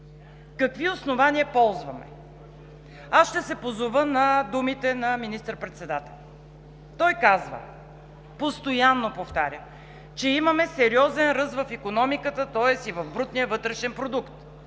Какви основания ползваме? Ще се позова на думите на министър-председателя. Той постоянно повтаря, че имаме сериозен ръст в икономиката, тоест и в брутния вътрешен продукт.